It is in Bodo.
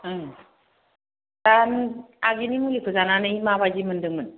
दा आगोलनि मुलिखौ जानानै माबायदि मोनदोंमोन